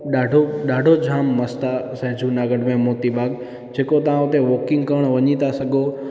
ॾाढो ॾाढो जाम मस्तु आहे असांजे जूनागढ़ में मोतीबाग जेको तव्हां हुते वॉकिंग करणु वञी था सघो